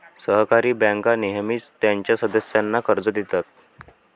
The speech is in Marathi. सहकारी बँका नेहमीच त्यांच्या सदस्यांना कर्ज देतात